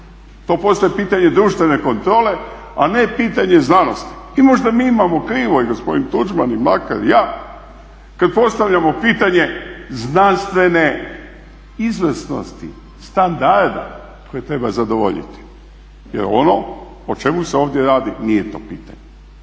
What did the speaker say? To postaje pitanje društvene kontrole a ne pitanje znanosti. I možda mi imamo krivo i gospodin Tuđman i Mlakar i ja kada postavljamo pitanje znanstvene izvrsnosti, standarda koji treba zadovoljiti. Jer ono o čemu se ovdje radi nije to pitanje.